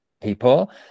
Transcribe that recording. people